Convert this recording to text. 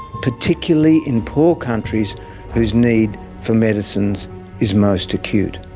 particularly in poor countries whose need for medicines is most acute.